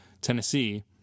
Tennessee